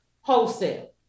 wholesale